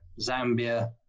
Zambia